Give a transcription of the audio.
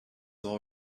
all